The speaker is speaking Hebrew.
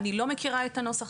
אני לא מכירה את הנוסח,